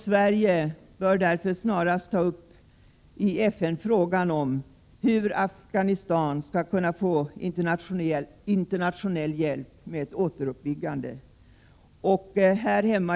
Sverige bör därför snarast i FN ta upp frågan om hur Afghanistan skall kunna få internationell hjälp med sitt återuppbyggande.